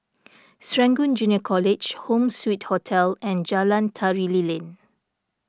Serangoon Junior College Home Suite Hotel and Jalan Tari Lilin